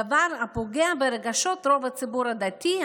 דבר הפוגע ברגשות רוב הציבור הדתי,